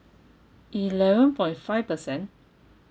eleven point five percent